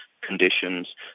conditions